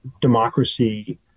democracy